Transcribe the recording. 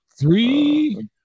Three